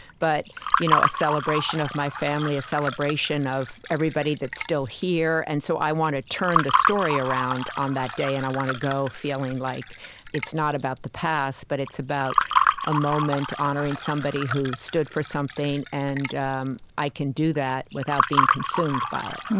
but you know a celebration of my family, a celebration of everybody that's still here. and so i want to turn the story around on that day, and i want to go feeling like it's not about the past, but it's about a moment honoring somebody who stood for something and um i can do that without being consumed by it